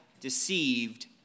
deceived